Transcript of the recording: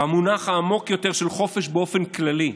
ובמונח העמוק יותר של חופש באופן כללי,